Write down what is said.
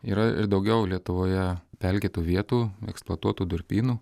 yra ir daugiau lietuvoje pelkėtų vietų eksploatuotų durpynų